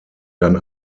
dann